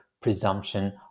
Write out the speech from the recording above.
presumption